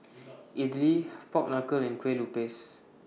Idly Pork Knuckle and Kueh Lupis